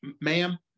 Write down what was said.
Ma'am